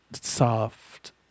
soft